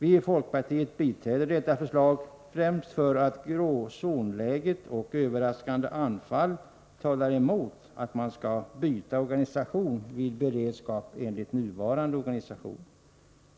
Vi i folkpartiet biträder detta förslag, främst för att gråzonslägen och överraskande anfall talar emot att man skall byta organisation vid beredskap enligt nuvarande organisation.